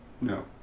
No